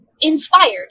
inspired